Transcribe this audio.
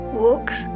walks